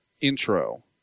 intro